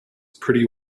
pretty